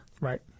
Right